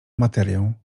materię